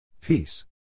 Peace